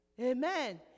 Amen